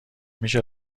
میشه